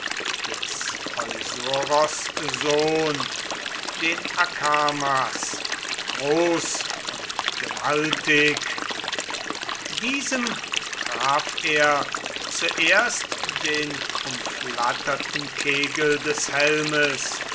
des eusoros sohn den akamas groß und gewaltig diesem traf er zuerst den umflatterten kegel des helmes